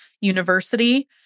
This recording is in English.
university